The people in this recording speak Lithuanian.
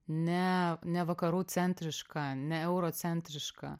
ne ne vakarųcentriška ne eurocentriška